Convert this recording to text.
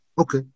Okay